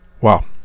Wow